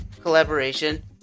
collaboration